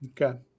Okay